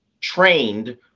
trained